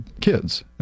kids